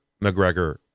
McGregor